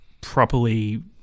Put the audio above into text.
properly